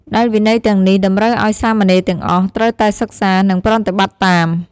ដែលវិន័យទាំងនេះតម្រូវឲ្យសាមណេរទាំងអស់ ត្រូវតែសិក្សា និងប្រតិបត្តិតាម។